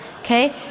okay